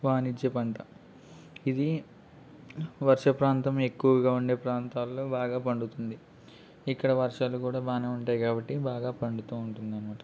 వాణిజ్య పంట ఇది వర్ష ప్రాంతం ఎక్కువగా ఉండే ప్రాంతాలలో బాగా పండుతుంది ఇక్కడ వర్షాలు కూడా బాగా ఉంటాయి కాబట్టి బాగా పండుతు ఉంటుంది అన్నమాట